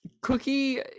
Cookie